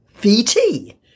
VT